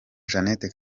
jeannette